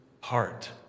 heart